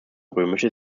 römische